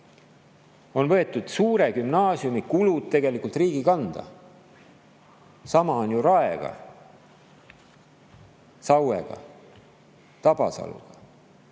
On võetud suure gümnaasiumi kulud riigi kanda. Sama on ju Raega, Sauega, Tabasaluga.